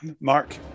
Mark